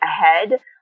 ahead